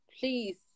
please